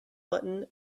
button